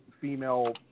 female